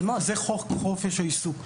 חוק חופש העיסוק.